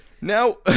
Now